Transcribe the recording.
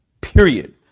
Period